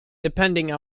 depending